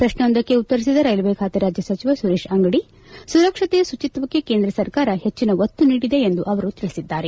ಪ್ರಶ್ನೊಂದಕ್ಕೆ ಉತ್ತರಿಸಿದ ರೈಲ್ವೆ ಖಾತೆ ರಾಜ್ಯ ಸಚಿವ ಸುರೇಶ್ ಅಂಗಡಿ ಸುರಕ್ಷತೆ ಶುಚಿತ್ವಕ್ಕೆ ಕೇಂದ್ರ ಸರ್ಕಾರ ಹೆಚ್ಚಿನ ಒತ್ತು ನೀಡಿದೆ ಎಂದು ಅವರು ತಿಳಿಸಿದ್ದಾರೆ